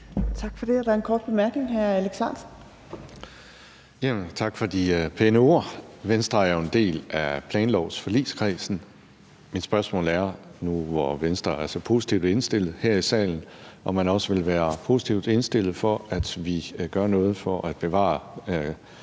Ahrendtsen. Kl. 15:55 Alex Ahrendtsen (DF): Tak for de pæne ord. Venstre er jo en del af planlovsforligskredsen, og mit spørgsmål er nu, hvor Venstre er så positivt indstillet her i salen, om man også vil være positivt indstillet over for, at vi gør noget for at bevare